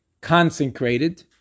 consecrated